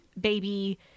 baby